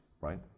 right